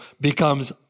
becomes